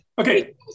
Okay